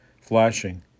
flashing